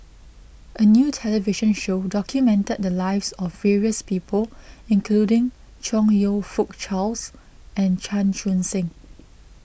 a new television show documented the lives of various people including Chong You Fook Charles and Chan Chun Sing